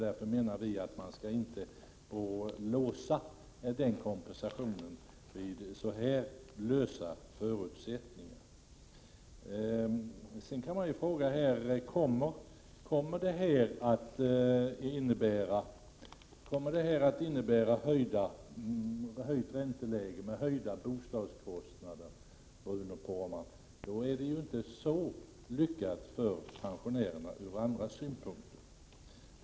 Därför menar vi att vi inte skall låsa den kompensationen på så här lösa grunder. Jag frågar mig också om detta kommer att innebära ett höjt ränteläge med höjda bostadskostnader, Bruno Poromaa. Då är det ju inte så lyckat för pensionärerna ur andra synpunkter sett.